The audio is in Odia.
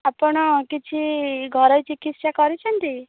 ଆପଣ କିଛି ଘରୋଇ ଚିକିତ୍ସା କରିଛନ୍ତି